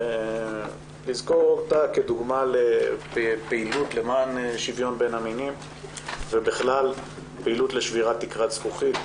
ולזכור אותה כדוגמה לפעילות למען שוויון בין המינים ושבירת תקרת זכוכית.